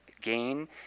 gain